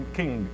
king